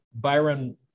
Byron